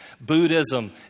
Buddhism